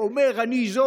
אומר: אני אזום,